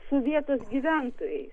su vietos gyventojais